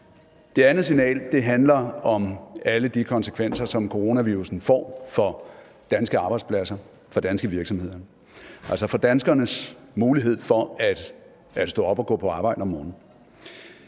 Det andet signal handler om alle de konsekvenser, som coronavirussen får for danske arbejdspladser, altså for danskernes mulighed for at stå op og gå på arbejde om morgenen.